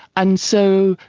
and so,